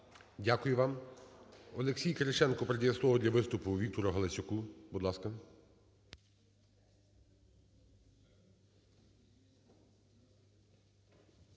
Дякую вам. Олексій Кириченко передає слово для виступу Віктору Галасюку. Будь ласка.